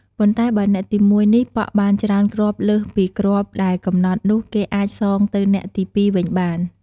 ប៉ុន្តែបើអ្នកទី១ នេះប៉ក់បានច្រើនគ្រាប់លើសពីគ្រាប់ដែលកំណត់នោះ គេអាចសងទៅអ្នកទី ២ វិញបាន។